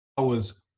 i was